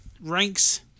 ranks